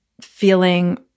feeling